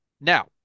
now